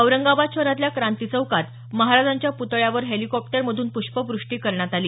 औरंगाबादच्या शहरातल्या क्रांती चौकात महाराजांच्या पुतळ्यावर हेलीकॉप्टरमधून पुष्पवृष्टी करण्यात आली